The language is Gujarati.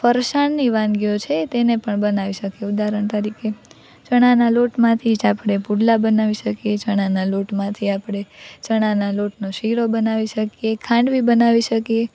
ફરસાણની વાનગીઓ છે તેને પણ બનાવી શકીએ ઉદાહરણ તરીકે ચણાના લોટમાંથી જ આપણે પુડલા બનાવી શકીએ ચણાના લોટમાંથી આપણે ચણાના લોટનો શીરો બનાવી શકીએ ખાંડવી બનાવી શકીએ